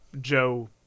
Joe